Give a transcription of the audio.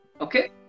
Okay